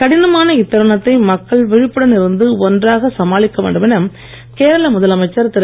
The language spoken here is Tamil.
கடினமான இத்தருணத்தை மக்கள் விழிப்புடன் இருந்து ஒன்றாக சமாளிக்க வேண்டும் என கேரள முதலமைச்சர் திரு